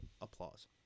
applause